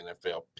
NFL